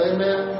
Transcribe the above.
Amen